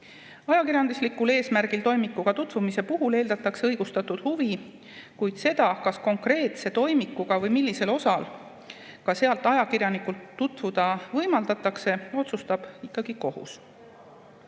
Ajakirjanduslikul eesmärgil toimikuga tutvumise puhul eeldatakse õigustatud huvi, kuid seda, kas konkreetse toimikuga või millise osaga sellest ajakirjanikul tutvuda võimaldatakse, otsustab ikkagi kohus.